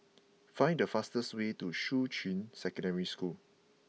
find the fastest way to Shuqun Secondary School